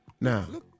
Now